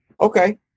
Okay